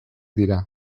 dira